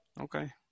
okay